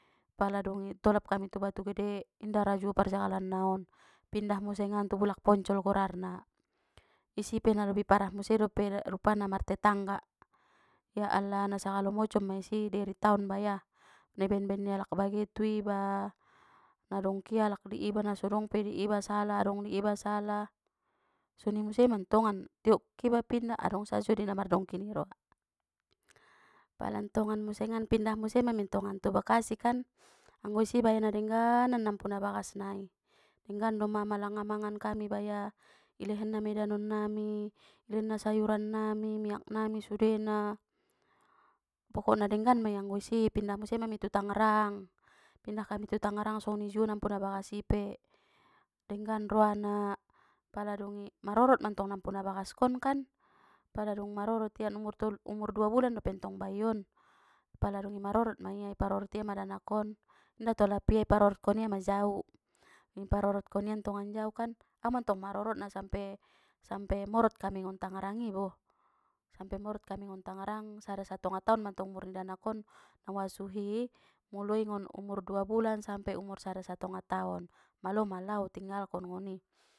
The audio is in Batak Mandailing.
Pala dungi tolap kami tu batugede inda ra juo parjagalan naon pindah musengan tu bulak poncol gorarna isipe na lobi parah muse dope rupana martetangga, ya allah na sagalo mocom ma isi deritaon baya, na ibaen-baen ni alak bage tu iba, nadongki alak di iba nasodong pe di iba sala adong di iba sala, soni museng mantongan tiop ke iba pindah adong sajo dei na mardongki ni roa, pala ntongan musengan pindah muse ma mintongan tu bekasi kan anggo isi baya na dengganan nampuna bagas nai denggan doma mala nga mangan kami baya ilehen na mei danon nami ilen sayuran nami miak nami sudena, pokokna denggan mai anggo isi pindah museng mami tu tangerang pindah kami tangerang soni juo nampuna bagas i pe, denggan roa na pala dungi marorot mantong nampuna bagaskon kan pala dung marorot ia numur tolu-umur dua bulan dopentong bayi on pala dungi marorot ma ia iparorot ia ma danakon inda tolap ia iparorot kon ia ma jau dung iparorotkon ia ntongan jau kan au mantong marorotna sampe-sampe morot kami ngon tangerang ibo, sampe morot kami ngon tangerang sada satonga taon mantong umur ni danakon na uasuhi muloi ngon umur dua bulan sampe umur sada satonga taon malo ma lao u tinggalkon ngoni.